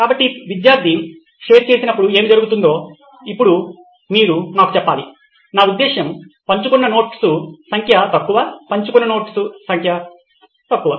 కాబట్టి విద్యార్థి షేర్ చేసినప్పుడు ఏమి జరుగుతుందో ఇప్పుడు మీరు నాకు చెప్పాలి నా ఉద్దేశ్యం పంచుకున్న నోట్స్ సంఖ్య తక్కువ పంచు కున్న నోట్స్ సంఖ్య తక్కువ